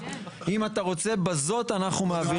היא תלויה ועומדת עד עכשיו,